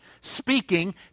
speaking